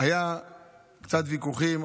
היו קצת ויכוחים,